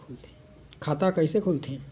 खाता कइसे खोलथें?